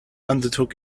undertook